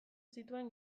zituen